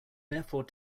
therefore